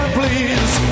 please